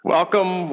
Welcome